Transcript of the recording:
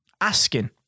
asking